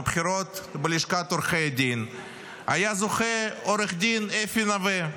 בבחירות בלשכת עורכי הדין היה זוכה עו"ד אפי נווה,